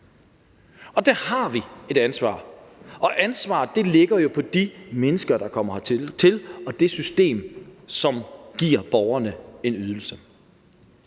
Der har vi et ansvar, og ansvaret ligger jo hos de mennesker, der kommer hertil, og det system, som giver borgerne en ydelse.